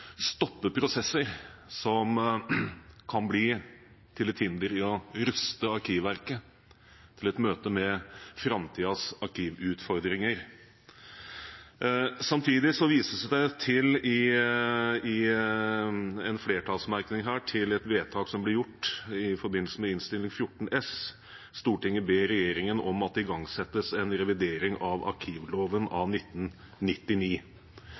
stoppe prosesser, noe som kan bli til hinder for å ruste Arkivverket i møte med framtidens arkivutfordringer. Samtidig vises det i en flertallsmerknad til et vedtak som ble gjort i forbindelse med Innst. 14 S for 2016–2017: «Stortinget ber regjeringen om at det igangsettes en revidering av arkivloven av 1999.»